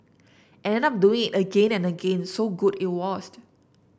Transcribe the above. and ended up doing again and again so good it was